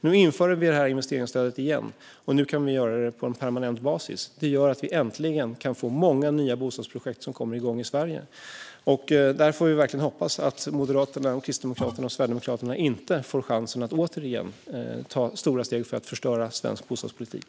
Nu inför vi investeringsstödet igen. Och nu kan vi göra det på permanent basis. Det gör att många nya bostadsprojekt äntligen kan komma igång i Sverige. Vi får verkligen hoppas att Moderaterna, Kristdemokraterna och Sverigedemokraterna inte får chansen att återigen ta stora steg för att förstöra svensk bostadspolitik.